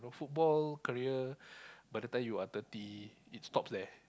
football career by the time you are thirty it stops there